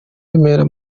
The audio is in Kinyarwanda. remera